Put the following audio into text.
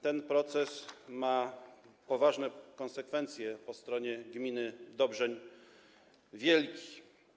Ten proces ma poważne konsekwencje po stronie gminy Dobrzeń Wielki.